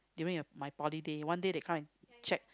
during your my poly day one day they come and check